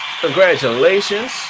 Congratulations